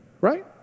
right